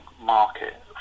market